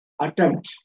Attempt